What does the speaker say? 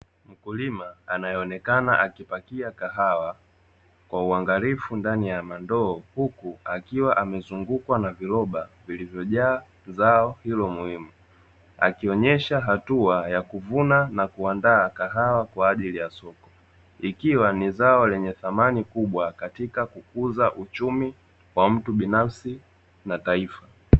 Mkulima anayeonekana akipakia kahawa kwa uangalifu ndani ya mandoo, huku akiwa amezungukwa na viroba vilivyojaa zao hilo muhimu. Akionyesha hatua ya kuvuna na kuandaa kahawa, kwa ajili ya soko, ikiwa ni zao lenye thamani kubwa katika kukuza uchumi wa mtu binafsi na taifa.